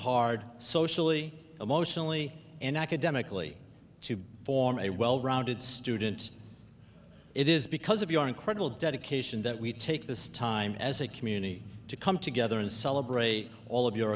hard socially emotionally and academically to form a well rounded student it is because of your incredible dedication that we take this time as a community to come together and celebrate all of your